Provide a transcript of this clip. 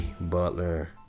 Butler